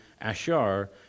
ashar